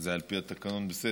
וזה על פי התקנון בסדר?